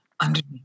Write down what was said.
underneath